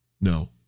No